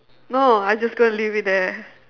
no I just going to leave it there